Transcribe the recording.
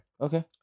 Okay